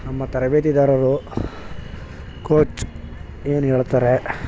ನಮ್ಮ ತರಬೇತಿದಾರರು ಕೋಚ್ ಏನು ಹೇಳ್ತಾರೆ